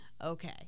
okay